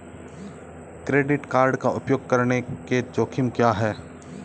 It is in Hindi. क्रेडिट कार्ड का उपयोग करने के जोखिम क्या हैं?